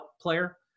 player